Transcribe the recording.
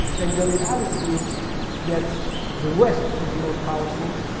and the reality is that the west is more powerful.